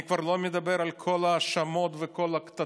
אני כבר לא מדבר על כל ההאשמות וכל הקטטות